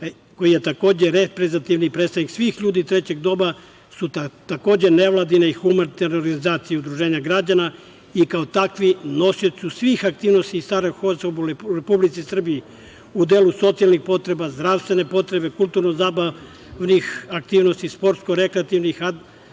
koji je takođe reprezentativni predstavnik svih ljudi trećeg doba su takođe nevladine i humanitarne organizacije i udruženja građana i kao takvi nosioci su svih aktivnosti starijih osoba u Republici Srbiji, u delu socijalnih potreba, zdravstvene potrebe, kulturno-zabavnih aktivnosti, sportsko-rekreativnih, edukativnih